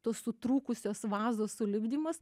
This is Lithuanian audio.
tos sutrūkusios vazos sulipdymas